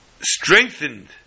strengthened